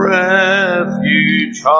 refuge